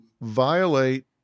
violate